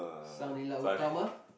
Sang-Nila-Utama